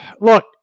Look